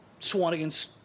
Swanigan's